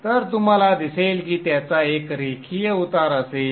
तर तुम्हाला दिसेल की त्याचा एक रेषीय उतार असेल